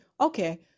Okay